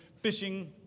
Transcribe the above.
fishing